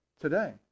today